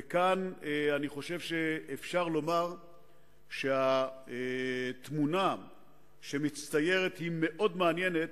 וכאן אני חושב שאפשר לומר שהתמונה שמצטיירת היא מאוד מעניינת,